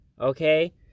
Okay